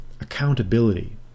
accountability